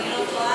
אם אני לא טועה.